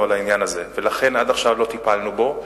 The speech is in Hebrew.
על העניין הזה ולכן עד עכשיו לא טיפלנו בו.